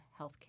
healthcare